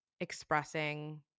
expressing